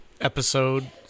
episode